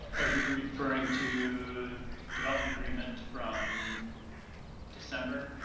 are you referring to development agreement from december?